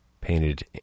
painted